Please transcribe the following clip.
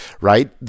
right